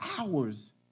hours